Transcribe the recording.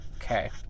Okay